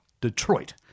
Detroit